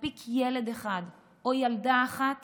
מספיק ילד אחד או ילדה אחת